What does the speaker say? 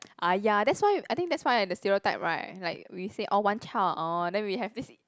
!aiya! that's why I think that's why the stereotype right like we say oh one child oh then we have this